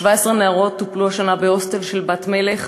17 נערות טופלו השנה בהוסטל של "בת מלך"